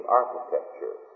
architecture